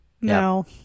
No